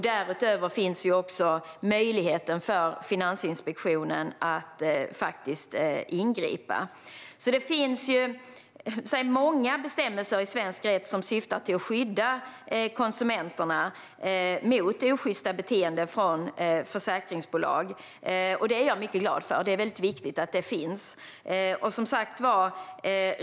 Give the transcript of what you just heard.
Därutöver finns också möjligheten för Finansinspektionen att ingripa. Det finns många bestämmelser i svensk rätt som syftar till att skydda konsumenterna mot osjysta beteenden från försäkringsbolag. Det är jag mycket glad för, och det är viktigt att de finns.